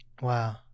wow